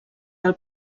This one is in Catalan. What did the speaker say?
del